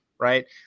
right